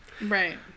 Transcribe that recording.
right